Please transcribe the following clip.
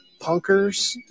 punkers